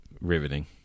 Riveting